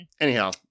anyhow